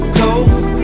coast